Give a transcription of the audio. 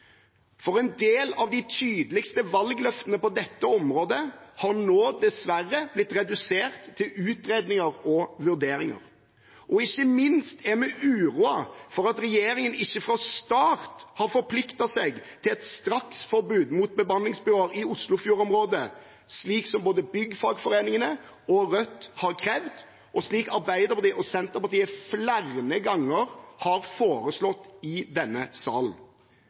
for en del av de tydeligste valgløftene på dette området har nå dessverre blitt redusert til utredninger og vurderinger. Ikke minst er vi uroet for at regjeringen ikke fra start har forpliktet seg til et straksforbud mot bemanningsbyråer i Oslofjordområdet, slik både byggfagforeningene og Rødt har krevd, og slik Arbeiderpartiet og Senterpartiet flere ganger har foreslått i denne salen.